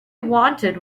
wanted